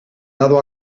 dado